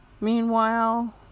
Meanwhile